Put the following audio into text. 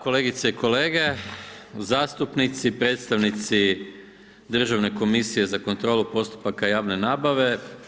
Kolegice i kolege, zastupnici, predstavnici Državne komisije za kontrolu postupaka javne nabave.